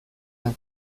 bat